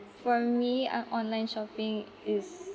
for me uh online shopping is